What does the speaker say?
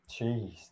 Jeez